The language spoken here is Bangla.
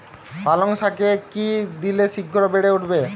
পালং শাকে কি দিলে শিঘ্র বেড়ে উঠবে?